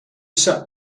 sat